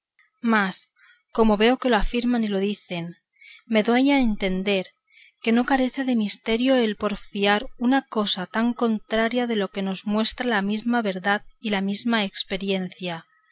mas como veo que lo afirman y lo dicen me doy a entender que no carece de misterio el porfiar una cosa tan contraria de lo que nos muestra la misma verdad y la misma experiencia